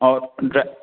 اور ڈرا